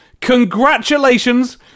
congratulations